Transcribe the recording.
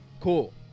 Cool